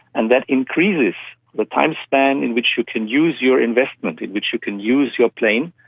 and that increases the timespan in which you can use your investment, in which you can use your plane.